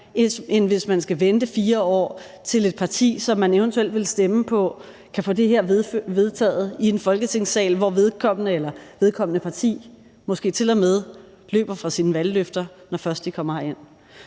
end hvis man skal vente 4 år, til et parti, som man eventuelt ville stemme på, kan få det her vedtaget i en Folketingssal, hvor det parti måske til og med løber fra sine valgløfter, når først det kommer herind.